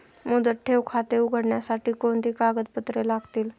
मुदत ठेव खाते उघडण्यासाठी कोणती कागदपत्रे लागतील?